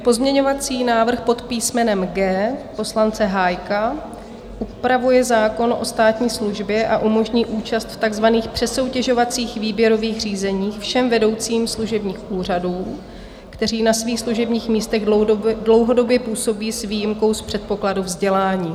Pozměňovací návrh pod písmenem G poslance Hájka upravuje zákon o státní službě a umožní účast v takzvaných přesoutěžovacích výběrových řízeních všem vedoucím služebních úřadů, kteří na svých služebních místech dlouhodobě působí, s výjimkou z předpokladu vzdělání.